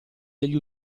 degli